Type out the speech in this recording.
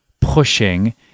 pushing